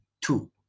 Two